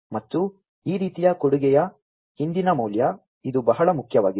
ಮತ್ತು ಈ ರೀತಿಯ ಕೊಡುಗೆಯ ಹಿಂದಿನ ಮೌಲ್ಯ ಇದು ಬಹಳ ಮುಖ್ಯವಾಗಿದೆ